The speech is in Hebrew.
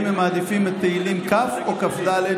אם הם מעדיפים את תהילים כ' או כ"ד,